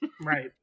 right